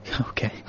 Okay